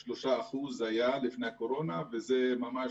לפני הקורונה היה 3%,